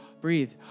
Breathe